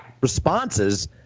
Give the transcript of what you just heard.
responses